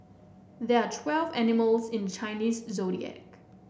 there are twelve animals in the Chinese Zodiac